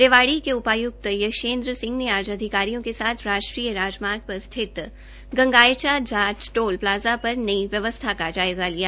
रेवाड़ी उपाय्क्त यशेन्द्र सिंह ने आज अधिकारियों के साथ राजष्टरीय राजमार्ग पर स्थित गंगायचा जाट टोल प्लाजा पर नई व्यवस्था का जायजा लिया